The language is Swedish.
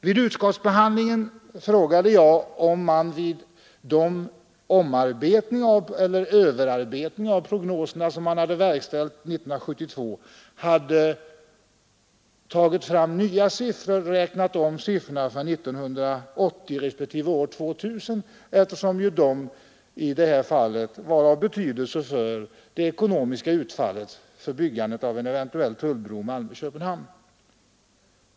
Under utskottsbehandlingen frågade jag om man vid de överarbetningar av prognosen som verkställdes 1972 hade tagit fram nya siffror och räknat om prognoserna för 1980 och 2000, eftersom de i detta fall var av betydelse för det ekonomiska utfallet av byggandet av en eventuell bro—tunnel Malmö—Köpenhamn.